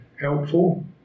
helpful